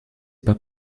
pas